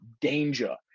Danger